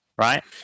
right